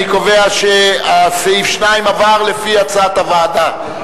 אני קובע שסעיף 2 עבר לפי הצעת הוועדה.